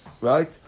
right